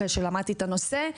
אחרי שלמדתי את הנושא,